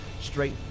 straight